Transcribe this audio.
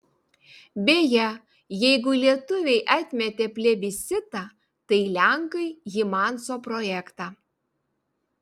beje jeigu lietuviai atmetė plebiscitą tai lenkai hymanso projektą